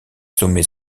sommet